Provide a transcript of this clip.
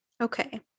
Okay